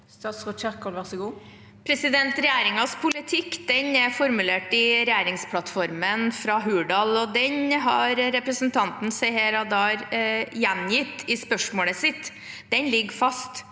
Statsråd Ingvild Kjerkol Regjeringens politikk er formulert i regjeringsplattformen fra Hurdal, og den har representanten Seher Aydar gjengitt i spørsmålet sitt. Den ligger fast,